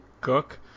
cook